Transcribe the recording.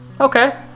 Okay